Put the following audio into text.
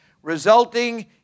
resulting